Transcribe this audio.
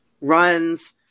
runs